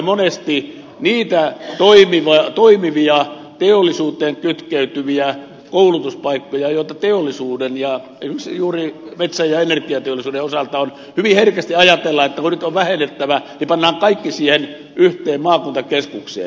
monesti niistä toimivista teollisuuteen kytkeytyvistä koulutuspaikoista joita teollisuuden ja esimerkiksi juuri metsä ja energiateollisuuden osalta on hyvin herkästi ajatellaan että kun nyt on vähennettävä niin pannaan kaikki siihen yhteen maakuntakeskukseen